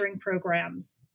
programs